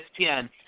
ESPN